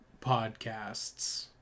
podcasts